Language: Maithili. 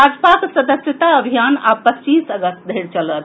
भाजपाक सदस्यता अभियान आब पच्चीस अगस्त धरि चलत